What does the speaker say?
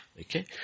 Okay